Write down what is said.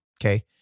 Okay